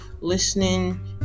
listening